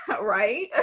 right